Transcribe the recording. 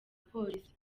polisi